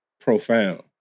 Profound